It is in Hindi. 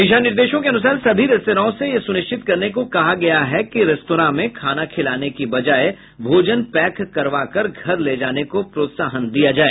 दिशा निर्देशों के अनुसार सभी रेस्तराओं से यह सुनिश्चित करने को कहा गया है कि रेस्तरां में खाना खिलाने के बजाय भोजन पैक करवाकर घर ले जाने को प्रोत्साहन दिया जाए